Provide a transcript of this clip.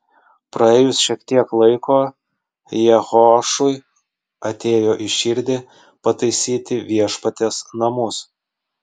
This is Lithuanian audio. praėjus šiek tiek laiko jehoašui atėjo į širdį pataisyti viešpaties namus